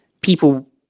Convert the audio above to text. people